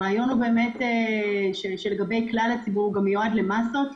זה כלי שמיועד למסות,